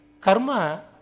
Karma